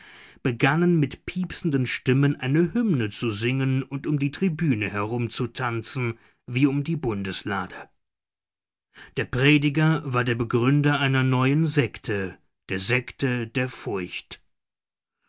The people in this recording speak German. begannen mit piepsenden stimmen eine hymne zu singen und um die tribüne herumzutanzen wie um die bundeslade der prediger war der begründer einer neuen sekte der sekte der furcht